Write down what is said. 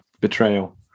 Betrayal